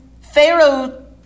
Pharaoh